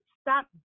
Stop